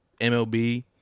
MLB